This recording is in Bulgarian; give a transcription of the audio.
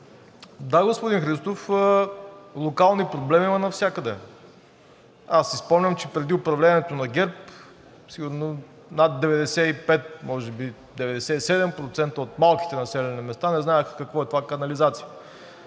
Да, господин Христов, локални проблеми има навсякъде. Аз си спомням, че преди управлението на ГЕРБ сигурно над 95, може би 97% от малките населени места не знаеха какво е това канализация.